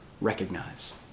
recognize